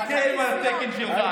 חכה עם התקן שלך,